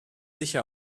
sicher